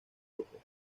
otros